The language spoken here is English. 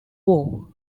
war